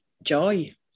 joy